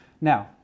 Now